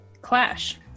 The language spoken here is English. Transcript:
Clash